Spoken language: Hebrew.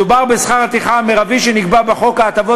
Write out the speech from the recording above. מדובר בשכר הטרחה המרבי שנקבע בחוק ההטבות